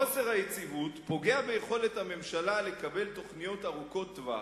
חוסר היציבות פוגע ביכולת הממשלה לקבל תוכניות ארוכות טווח,